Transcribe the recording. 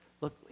Look